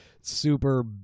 super